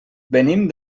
venim